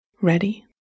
Ready